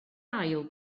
ail